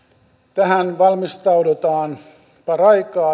tähän valmistaudutaan paraikaa